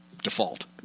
default